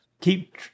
keep